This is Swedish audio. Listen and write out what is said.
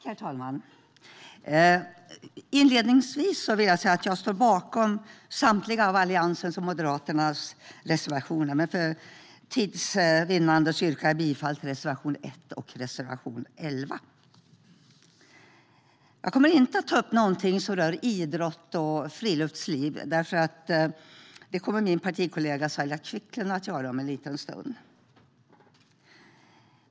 Herr talman! Inledningsvis vill jag säga att jag står bakom samtliga av Alliansens och Moderaternas reservationer, men för tids vinnande yrkar jag endast bifall till reservationerna 1 och 11. Jag kommer inte att ta upp någonting som rör idrott och friluftsliv, för det kommer min partikollega Saila Quicklund att göra om en liten stund.